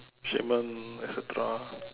shaman et cetera